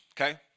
okay